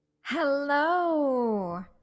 Hello